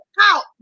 out